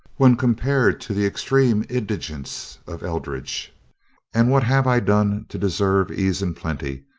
when compared to the extreme indigence of eldridge and what have i done to deserve ease and plenty,